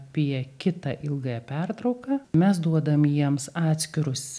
apie kitą ilgąją pertrauką mes duodam jiems atskirus